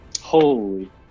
Holy